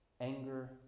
anger